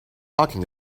talking